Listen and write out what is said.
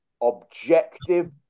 objective